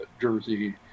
jersey